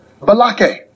Balake